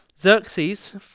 Xerxes